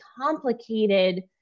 complicated